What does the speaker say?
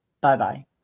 Bye-bye